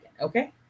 okay